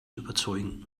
überzeugen